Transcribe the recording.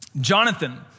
Jonathan